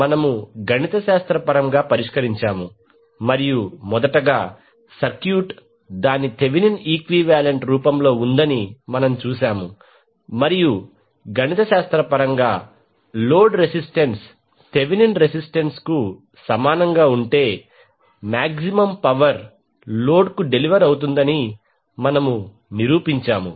మనము గణిత శాస్త్రపరంగా పరిష్కరించాము మరియు మొదటగా సర్క్యూట్ దాని థెవెనిన్ ఈక్వి వాలెంట్ రూపంలో ఉందని చూశాము మరియు గణిత శాస్త్ర పరంగా లోడ్ రెసిస్టెన్స్ థెవెనిన్ రెసిస్టెన్స్ కు సమానంగా ఉంటే మాక్సిమం పవర్ లోడ్కు డెలివర్ అవుతుందని మనము నిరూపించాము